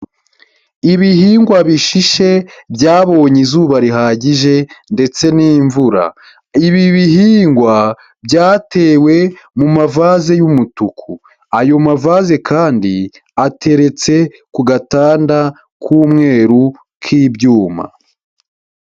Ibihingwa bishishe byabonye izuba rihagije ndetse n'imvura. Ibi bihingwa byatewe mu mavaze y'umutuku. Ayo mavaze kandi ateretse ku gatanda k'umweru k'ibyuma.